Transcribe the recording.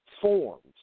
forms